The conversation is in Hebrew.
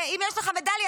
אם יש לך מדליה,